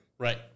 Right